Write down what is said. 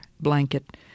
blanket